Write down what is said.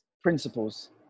principles